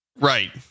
Right